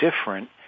different